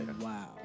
wow